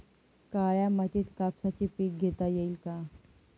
काळ्या मातीत कापसाचे पीक घेता येईल का?